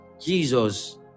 Jesus